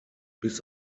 bis